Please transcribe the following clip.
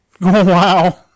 Wow